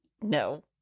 No